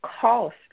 cost